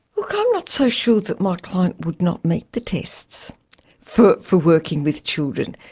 look, i'm not so sure that my client would not meet the tests for for working with children.